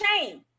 shame